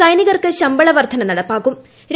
സൈനികർക്ക് ശമ്പള വർദ്ധന നടപ്പാക്കൂം